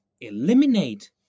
eliminate